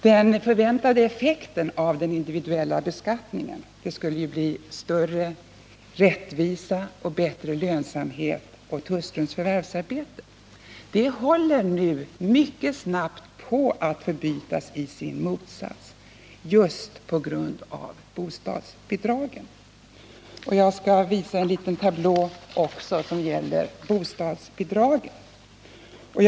Den förväntade effekten av den individuella beskattningen — den skulle ju ge större rättvisa och bättre lönsamhet av hustruns förvärvsarbete — håller nu mycket snabbt på att förbytas i sin motsats just på grund av bostadsbidragen. Jag skall visa ytterligare en liten tablå, som gäller just bostadsbidragen och effekterna när hemmamake går ut i förvärvslivet.